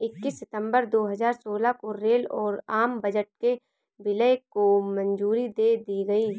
इक्कीस सितंबर दो हजार सोलह को रेल और आम बजट के विलय को मंजूरी दे दी गयी